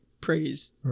praise